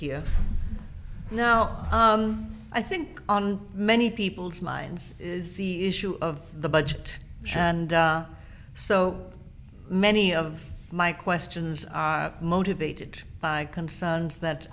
hear now i think on many people's minds is the issue of the budget and so many of my questions are motivated by concerns that